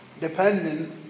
dependent